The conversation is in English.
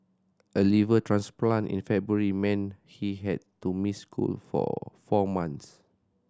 a liver transplant in February meant he had to miss school for four months